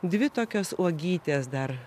dvi tokios uogytės dar